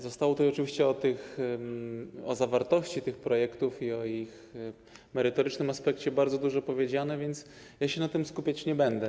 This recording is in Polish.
Zostało tu oczywiście o zawartości tych projektów i o ich merytorycznym aspekcie bardzo dużo powiedziane, więc ja się na tym skupiać nie będę.